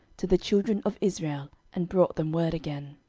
to the children of israel, and brought them word again.